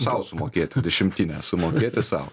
sau sumokėti dešimtinę sumokėti sau